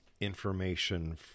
information